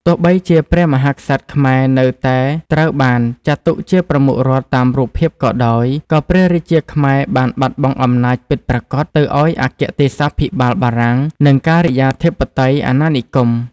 ទោះបីជាព្រះមហាក្សត្រខ្មែរនៅតែត្រូវបានចាត់ទុកជាប្រមុខរដ្ឋតាមរូបភាពក៏ដោយ ក៏ព្រះរាជាខ្មែរបានបាត់បង់អំណាចពិតប្រាកដទៅឱ្យអគ្គទេសាភិបាលបារាំង និងការិយាធិបតេយ្យអាណានិគម។